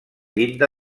llinda